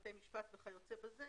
בתי משפט וכיוצא בזה,